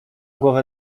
głowę